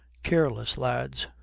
careless lads,